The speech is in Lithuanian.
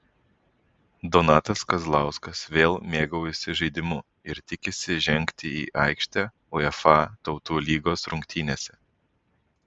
donatas kazlauskas vėl mėgaujasi žaidimu ir tikisi žengti į aikštę uefa tautų lygos rungtynėse